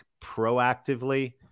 proactively